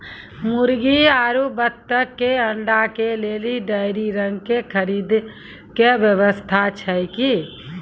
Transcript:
मुर्गी आरु बत्तक के अंडा के लेली डेयरी रंग के खरीद के व्यवस्था छै कि?